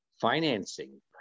financing